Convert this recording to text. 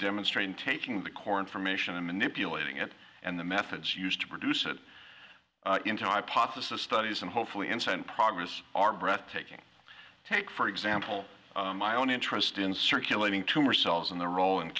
demonstrating taking the core information and manipulating it and the methods used to produce it into a hypothesis studies and hopefully in scent progress are breathtaking take for example my own interest in circulating tumor cells and their role